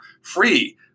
free